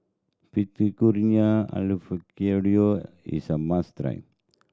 Fettuccine Alfredo is a must try